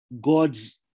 god's